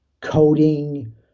coding